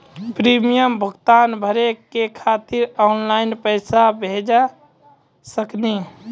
Premium भुगतान भरे के खातिर ऑनलाइन पैसा भेज सकनी?